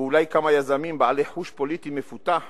ואולי כמה יזמים בעלי חוש פוליטי מפותח